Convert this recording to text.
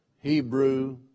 Hebrew